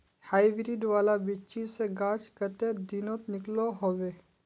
Hybrid वाला बिच्ची से गाछ कते दिनोत निकलो होबे?